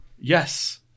Yes